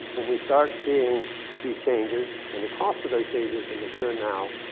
when we start seeing these changes and the cost of those changes in the here and now,